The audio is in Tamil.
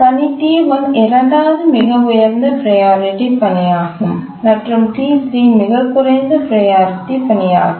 பணி T1 இரண்டாவது மிக உயர்ந்த ப்ரையாரிட்டி பணியாகும் மற்றும் T3 மிகக் குறைந்த ப்ரையாரிட்டி பணியாகும்